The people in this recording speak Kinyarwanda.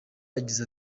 yagize